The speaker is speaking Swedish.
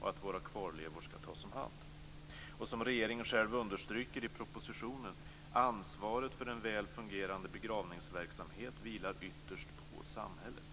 och att våra kvarlevor skall tas om hand. Som regeringen själv understryker i propositionen: Ansvaret för en väl fungerande begravningsverksamhet vilar ytterst på samhället.